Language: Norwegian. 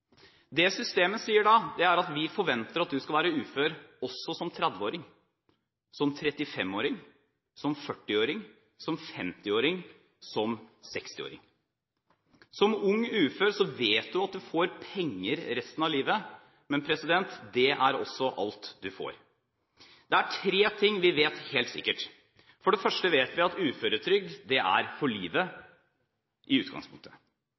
Det systemet sier da, er at vi forventer at du skal være ufør også som 30-åring, som 35-åring, som 40-åring, som 50-åring og som 60-åring. Som ung ufør vet du at du får penger resten av livet, men det er også alt du får. Det er tre ting vi vet helt sikkert. For det første vet vi at uføretrygd i utgangspunktet er for livet.